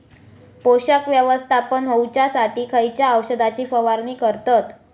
पोषक व्यवस्थापन होऊच्यासाठी खयच्या औषधाची फवारणी करतत?